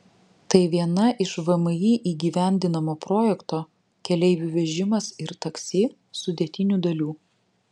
tai viena iš vmi įgyvendinamo projekto keleivių vežimas ir taksi sudėtinių dalių